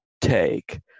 take